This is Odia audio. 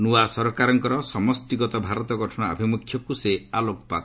ନୂଆ ସରକାରଙ୍କର ସମଷ୍ଟିଗତ ଭାରତ ଗଠନ ଆଭିମୁଖ୍ୟକୁ ସେ ଆଲୋକପାତ